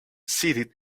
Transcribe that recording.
seated